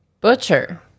Butcher